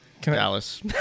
Dallas